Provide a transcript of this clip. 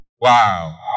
Wow